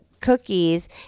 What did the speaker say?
Cookies